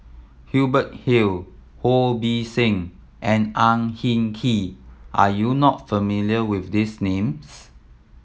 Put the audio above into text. Hubert Hill Ho Beng See and Ang Hin Kee are you not familiar with these names